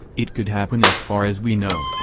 it could happen as far as we know,